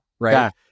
right